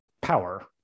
power